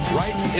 right